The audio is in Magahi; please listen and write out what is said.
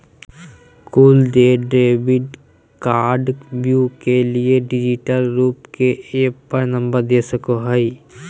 कुल देय क्रेडिट कार्डव्यू के लिए डिजिटल रूप के ऐप पर नंबर दे सको हइ